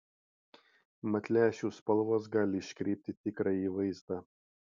mat lęšių spalvos gali iškreipti tikrąjį vaizdą